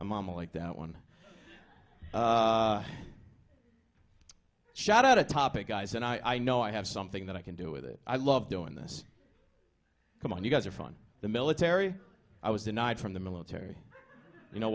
a mama like that one shot out of topic eyes and i know i have something that i can do with it i love doing this come on you guys are fun the military i was denied from the military you know